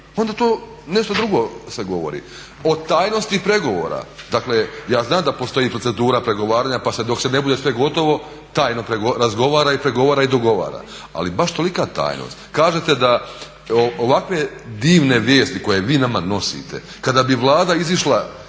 onda tom, nešto drugo se govori. O tajnosti pregovora, dakle ja znam da postoji procedura pregovaranja pa se dok se ne bude sve gotovo tajno razgovara i pregovara i dogovora. Ali baš tolika tajnost kažete da ovakve divne vijesti koje vi nama nosite kada bi Vlada izišla,